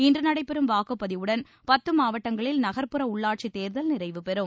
இன்று நடைபெறும் வாக்குப்பதிவுடன் பத்து மாவட்டங்களில் நகர்ப்புற உள்ளாட்சி தேர்தல் நிறைவுபெறும்